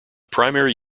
primary